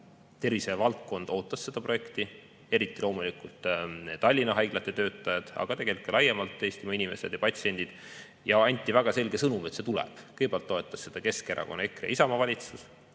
tervisevaldkond ootas seda projekti, eriti Tallinna haiglate töötajad, aga ka laiemalt Eestimaa inimesed ja patsiendid. Anti väga selge sõnum, et see tuleb. Kõigepealt toetas seda Keskerakonna, EKRE ja Isamaa valitsus.